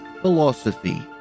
philosophy